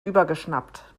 übergeschnappt